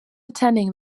attending